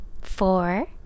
four